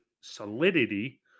solidity